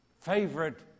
favorite